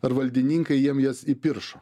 ar valdininkai jiem jas įpiršo